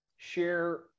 Share